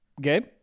gabe